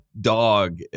dog